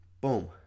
boom